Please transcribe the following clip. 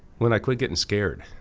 when i quit getting scared.